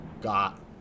got